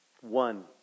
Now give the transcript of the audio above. One